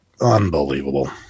unbelievable